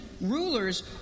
rulers